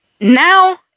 Now